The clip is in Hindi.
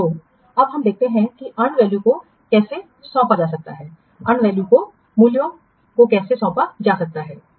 तो अब हमने देखा है कि अर्न वैल्यू को कैसे सौंपा जा सकता है अर्न वैल्यू को मूल्य कैसे सौंपा जा सकता है